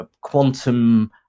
quantum